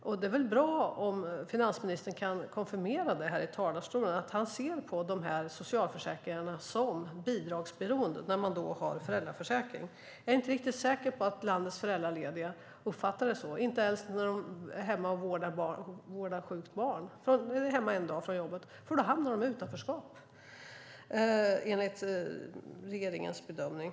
Det vore bra om finansministern kan konfirmera här i talarstolen att han ser på ersättningar från dessa socialförsäkringar som bidragsberoende. Det gäller människor som har ersättning från föräldraförsäkringen. Jag är inte säker på att landets föräldralediga uppfattar det så. Det gör de inte ens när de är hemma en dag från jobbet för vård av sjukt barn. Då hamnar de i utanförskap enligt regeringens bedömning.